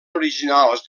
originals